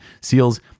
seals